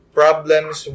problems